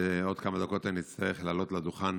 ועוד כמה דקות אני אצטרך לעלות לדוכן